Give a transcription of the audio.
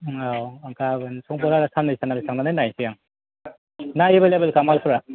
औ आं गाबोन समफोर आरो साननै सानथामसो थांनानै नायसै आं ना एभाइलेबलखा मालफ्रा